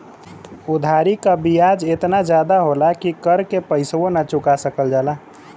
उधारी क बियाज एतना जादा होला कि कर के पइसवो ना चुका सकल जाला